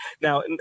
Now